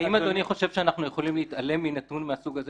האם אדוני חושב שאנחנו יכולים להתעלם מנתון מהסוג הזה